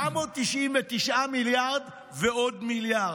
999 מיליארד ועוד מיליארד.